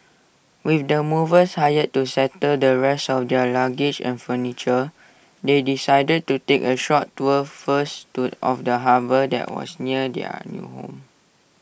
with the movers hired to settle the rest of their luggage and furniture they decided to take A short tour first to of the harbour that was near their new home